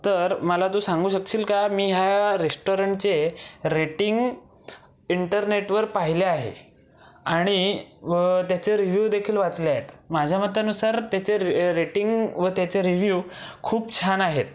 तर मला तू सांगू शकशील का मी ह्या रेश्टॉरंटचे रेटिंग इंटरनेटवर पाहिले आहे आणि व त्याचे रिव्ह्यूदेखील वाचले आहेत माझ्या मतानुसार त्याचे रे रेटिंग व त्याचे रिव्ह्यू खूप छान आहेत